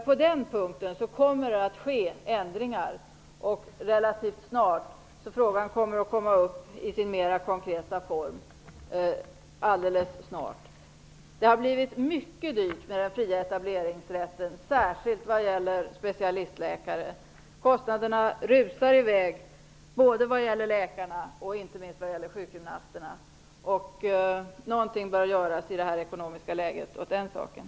På den punkten kommer det att göras ändringar relativt snart. Den frågan kommer rent konkret att tas upp inom kort. Den fria etableringsrätten har blivit mycket dyr, särskilt vad gäller specialistläkare. Kostnaderna rusar i väg vad gäller både läkarna och inte minst sjukgymnasterna. Något bör göras åt detta i nuvarande ekonomiska läge.